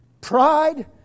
pride